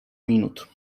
minut